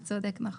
אתה צודק.